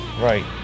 Right